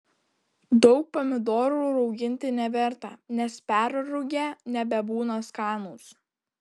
daug pomidorų rauginti neverta nes perrūgę nebebūna skanūs